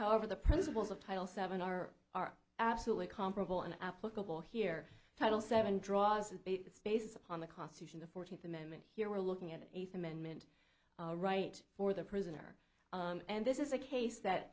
however the principles of title seven are are absolutely comparable in applicable here title seven draws its base upon the constitution the fourteenth amendment here we're looking at an eighth amendment right for the prisoner and this is a case that